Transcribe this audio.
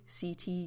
CT